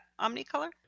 Omnicolor